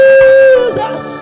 Jesus